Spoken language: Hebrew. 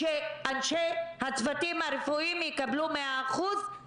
שאנשי הצוותים הרפואיים יקבלו 100%, תעבור,